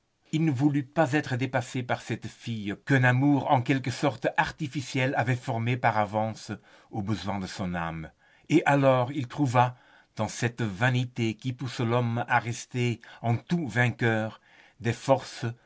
il ne voulut pas être dépassé par cette fille qu'un amour en quelque sorte artificiel avait formée par avance aux besoins de son âme et alors il trouva dans cette vanité qui pousse l'homme à rester en tout vainqueur des forces